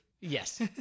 Yes